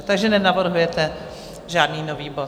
Takže nenavrhujete žádný nový bod?